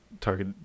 target